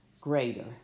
greater